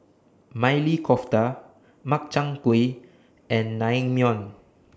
Maili Kofta Makchang Gui and Naengmyeon